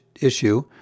issue